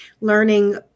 Learning